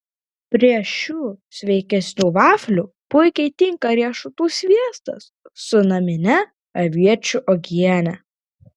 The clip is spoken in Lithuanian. prieš šių sveikesnių vaflių puikiai tinka riešutų sviestas su namine aviečių uogiene